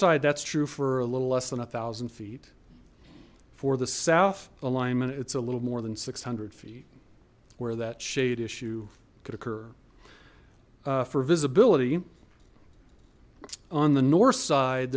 side that's true for a little less than a thousand feet for the south alignment it's a little more than six hundred feet where that shade issue could occur for visibility on the north side